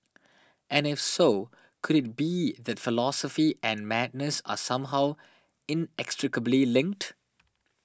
and if so could it be that philosophy and madness are somehow inextricably linked